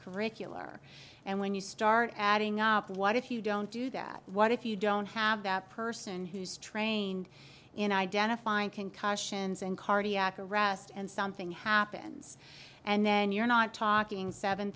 curricular and when you start adding up what if you don't do that what if you don't have that person who's trained in identifying concussions in cardiac arrest and something happens and then you're not talking seven